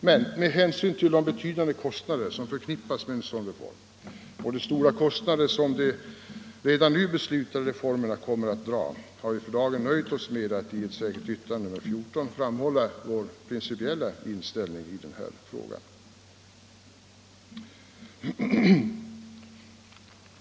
Men med hänsyn till de betydande kostnader som förknippas med en sådan reform och de stora kostnader som de nu beslutade reformerna kommer att dra har vi för dagen nöjt oss med att i ett särskilt yttrande, nr 14, framhålla vår principiella inställning i denna fråga.